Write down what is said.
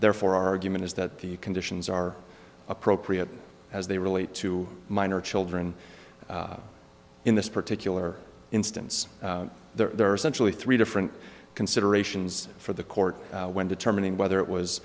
therefore our argument is that the conditions are appropriate as they relate to minor children in this particular instance there are essentially three different considerations for the court when determining whether it was